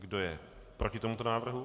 Kdo je proti tomuto návrhu?